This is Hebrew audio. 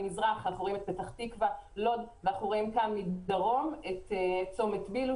במזרח פתח-תקווה ולוד ובדרום צומת ביל"ו